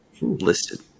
listed